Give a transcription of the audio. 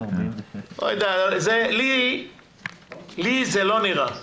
לא יודע, לי זה לא נראה.